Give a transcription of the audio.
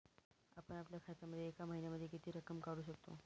आपण आपल्या खात्यामधून एका महिन्यामधे किती रक्कम काढू शकतो?